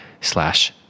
slash